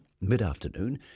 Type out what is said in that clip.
mid-afternoon